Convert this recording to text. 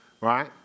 Right